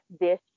dish